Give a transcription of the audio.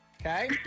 Okay